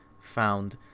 found